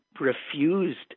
refused